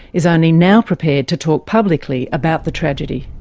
is only now prepared to talk publicly about the tragedy.